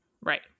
Right